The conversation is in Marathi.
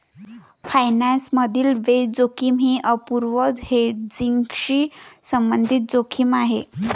फायनान्स मधील बेस जोखीम ही अपूर्ण हेजिंगशी संबंधित जोखीम आहे